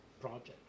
project